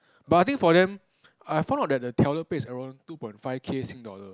but I think for them I found out that the teller pay is around two point five K Sing dollar